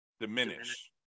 diminish